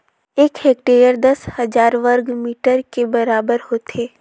एक हेक्टेयर दस हजार वर्ग मीटर के बराबर होथे